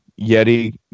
Yeti